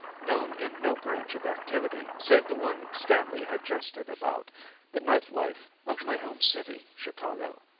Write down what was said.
known in no branch of activity save the one stanley had jested about the night life of my home city, chicago.